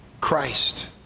Christ